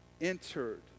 entered